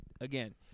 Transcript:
again